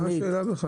מה השאלה בכלל?